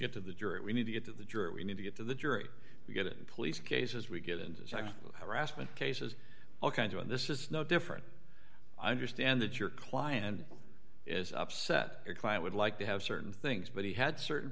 get to the jury we need to get to the jury we need to get to the jury we get police cases we get into harassment cases all kinds of and this is no different i'm just and that your client is upset client would like to have certain things but he had certain